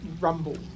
rumble